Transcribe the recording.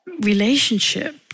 relationship